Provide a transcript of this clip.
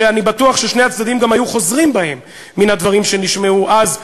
ואני בטוח ששני הצדדים גם היו חוזרים בהם מן הדברים שנשמעו אז,